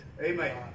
Amen